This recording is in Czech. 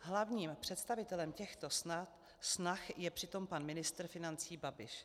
Hlavním představitelem těchto snah je přitom pan ministr financí Babiš.